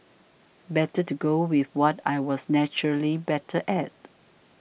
better to go with what I was naturally better at